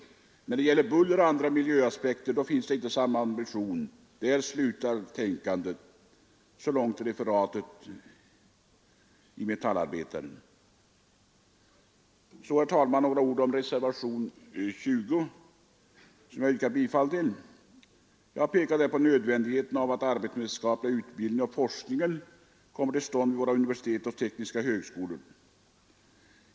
Men när det gäller buller och andra miljöaspekter, då finns inte samma ambition. Där slutar tänkandet.” Så, herr talman, några ord om reservationen 20 som jag yrkar bifall till. Jag pekar där på nödvändigheten av att den arbetsvetenskapliga utbildningen och forskningen kommer till stånd vid våra universitet och tekniska högskolor.